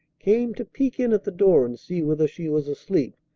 came to peek in at the door and see whether she was asleep,